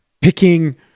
picking